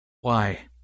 Why